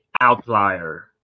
outlier